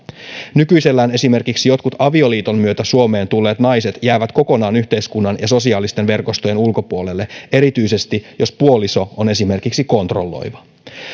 nykyisellään esimerkiksi jotkut avioliiton myötä suomeen tulleet naiset jäävät kokonaan yhteiskunnan ja sosiaalisten verkostojen ulkopuolelle erityisesti jos puoliso on esimerkiksi kontrolloiva